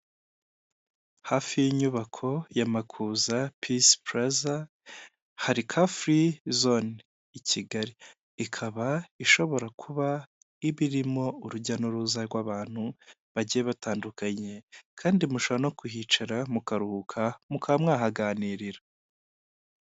Hafi y'inyubako ya Makuza pisi puraza hari kafuri zone i Kigali, ikaba ishobora kuba iba irimo urujya n'uruza rw'abantu bagiye batandukanye kandi mushobora no kuhicara mukaruhuka mukaba mwahaganirira.